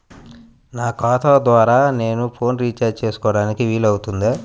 నా ఖాతా ద్వారా నేను ఫోన్ రీఛార్జ్ చేసుకోవడానికి వీలు అవుతుందా?